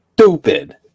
stupid